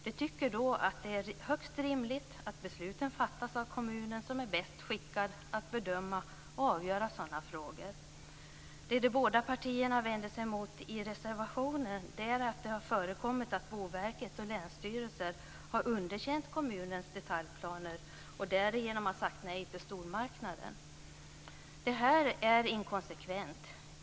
De tycker då att det är högst rimligt att besluten fattas av kommunen som är bäst skickad att bedöma och avgöra sådana frågor. Det de båda partierna vänder sig mot i reservationen är att det har förekommit att Boverket och länsstyrelser har underkänt kommunens detaljplaner och därigenom sagt nej till stormarknader. Det här är inkonsekvent.